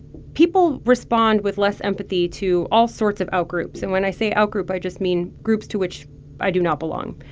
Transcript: people respond with less empathy to all sorts of out-groups. and when i say out-group, i just mean groups to which i do not belong.